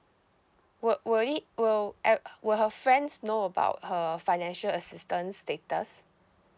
will will it will a~ will her friends know about her financial assistance status